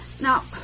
now